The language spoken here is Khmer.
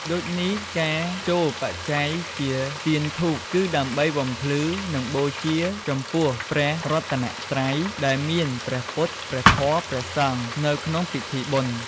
ដូចនេះការចូលបច្ច័យជាទៀនធូប គឺដើម្បីបំភ្លឺ និងបូជាចំពោះព្រះរតនត្រ័យ ដែលមាន ព្រះពុទ្ធ ព្រះធម៌ ព្រះសង្ឃ នៅក្នុងពិធីបុណ្យ។